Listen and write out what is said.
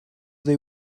they